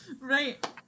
Right